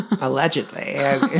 Allegedly